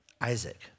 Isaac